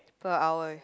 per hour